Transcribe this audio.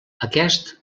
aquest